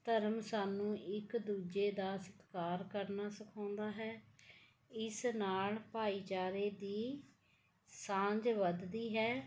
ਧਰਮ ਸਾਨੂੰ ਇੱਕ ਦੂਜੇ ਦਾ ਸਤਿਕਾਰ ਕਰਨਾ ਸਿਖਾਉਂਦਾ ਹੈ ਇਸ ਨਾਲ ਭਾਈਚਾਰੇ ਦੀ ਸਾਂਝ ਵੱਧਦੀ ਹੈ